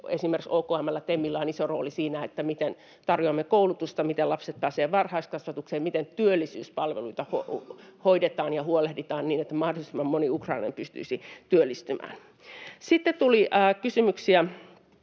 esimerkiksi OKM:lla ja TEMillä on iso rooli siinä, miten tarjoamme koulutusta, miten lapset pääsevät varhaiskasvatukseen, miten työllisyyspalveluita hoidetaan ja huolehditaan, niin että mahdollisimman moni ukrainalainen pystyisi työllistymään. Sitten tuli kysymyksiä